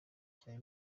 cyane